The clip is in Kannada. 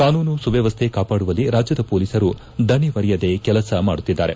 ಕಾನೂನು ಸುವ್ಯವಸ್ಥೆ ಕಾಪಾಡುವಲ್ಲಿ ರಾಜ್ಯದ ಪೊಲೀಸರು ದಣಿವರಿಯದೆ ಕೆಲಸ ಮಾಡುತ್ತಿದ್ದಾರೆ